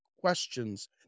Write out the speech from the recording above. questions